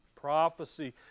prophecy